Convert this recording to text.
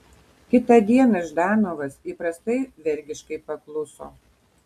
kitą dieną ždanovas įprastai vergiškai pakluso